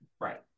Right